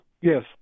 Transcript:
Yes